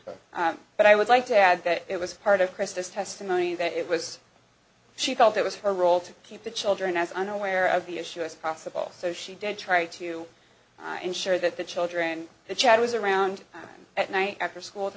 correct but i would like to add that it was part of christus testimony that it was she felt it was her role to keep the children as unaware of the issue as possible so she did try to ensure that the children the child was around at night after school to